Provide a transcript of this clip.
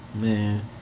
Man